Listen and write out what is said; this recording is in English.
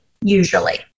Usually